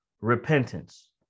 repentance